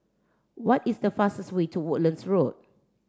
what is the fastest way to Woodlands Road